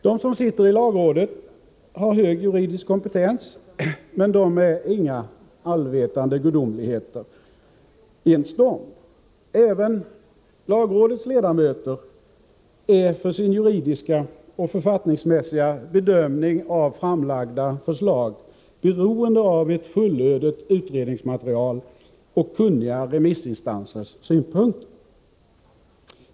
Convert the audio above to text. ; De som sitter i lagrådet har hög juridisk kompetens, men de är inga allvetande gudomligheter ens de. Även de är för sin juridiska och författningsmässiga bedömning av framlagda förslag beroende av ett fullödigt utredningsmaterial och kunniga remissinstansers synpunkter.